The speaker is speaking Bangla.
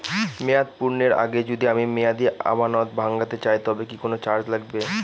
মেয়াদ পূর্ণের আগে যদি আমি মেয়াদি আমানত ভাঙাতে চাই তবে কি কোন চার্জ লাগবে?